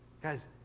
Guys